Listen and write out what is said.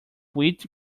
wheat